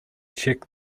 check